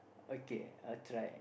okay I try